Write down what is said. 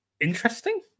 Interesting